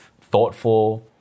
thoughtful